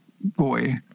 boy